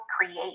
create